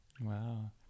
Wow